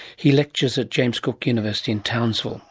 he lectures at james cook university in townsville